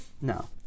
No